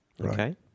okay